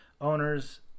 Owners